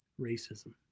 racism